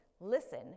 Listen